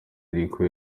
iriko